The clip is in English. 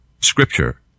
Scripture